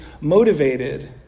motivated